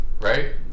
Right